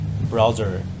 browser